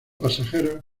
pasajeros